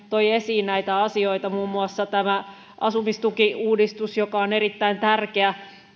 toi esiin näitä asioita muun muassa asumistukiuudistuksen joka on erittäin tärkeä